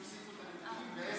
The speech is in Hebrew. הפסיקו את הנימוקים,